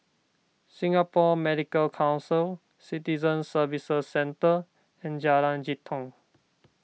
Singapore Medical Council Citizen Services Centre and Jalan Jitong